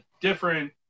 different